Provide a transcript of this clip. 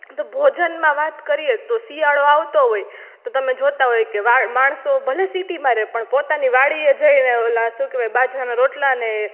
તો ભોજનમાં વાત કરીએ તો શિયાળો આવતો હોય તો તમે જોતાં હોય કે માણસો ભલે સિટી મારે પણ પોતાની વાડીએ જઈ ઓલા શું કહેવાય બાજરાના રોટલાને